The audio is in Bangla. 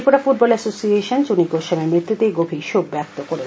ত্রিপুরা ফুটবল এসোসিয়েশনও চুনী গোস্বামীর মৃত্যুতে গভীর শোক ব্যক্ত করেছেন